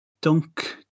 Dunk